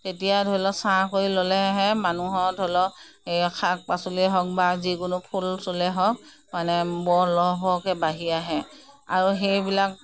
তেতিয়া ধৰি লওক চাহ কৰি ল'লেহে মানুহৰ ধৰি লওক এই শাক পাচলি হওক বা যিকোনো ফুল চুলেই হওক মানে বৰ লহপহকৈ বাঢ়ি আহে আৰু সেইবিলাক